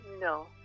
No